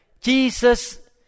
Jesus